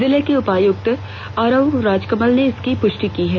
जिले के उपायुक्त अरवा राजकमल ने इसकी पुष्टि की है